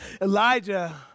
Elijah